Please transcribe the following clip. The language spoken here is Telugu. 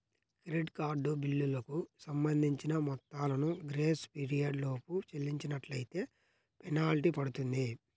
క్రెడిట్ కార్డు బిల్లులకు సంబంధించిన మొత్తాలను గ్రేస్ పీరియడ్ లోపు చెల్లించనట్లైతే ఫెనాల్టీ పడుతుంది